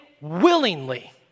willingly